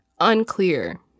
Unclear